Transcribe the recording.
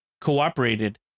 cooperated